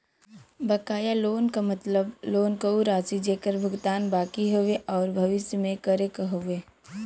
बकाया लोन क मतलब लोन क उ राशि जेकर भुगतान बाकि हउवे आउर भविष्य में करे क हउवे